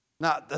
Now